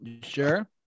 Sure